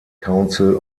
council